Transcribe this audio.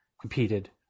competed